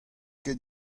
ket